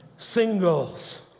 Singles